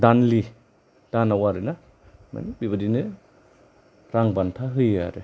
दानलि दानाव आरो ना मानि बेबादिनो रां बान्था होयो आरो